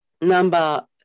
Number